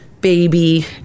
baby